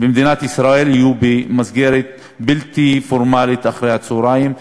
במדינת ישראל יהיו במסגרת בלתי פורמלית אחרי-הצהריים,